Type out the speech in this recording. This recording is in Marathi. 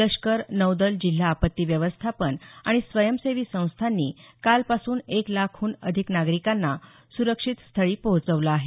लष्कर नौदल जिल्हा आपत्ती व्यवस्थापन आणि स्वयंसेवी संस्थांनी कालपासून एक लाखाहून अधिक नागरिकांना सुरक्षित स्थळी पोहचवलं आहे